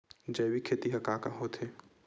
जैविक खेती ह का होथे?